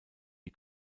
die